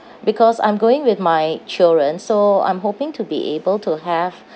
because I'm going with my children so I'm hoping to be able to have